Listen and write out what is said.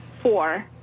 Four